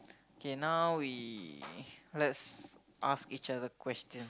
okay now we let's ask each other question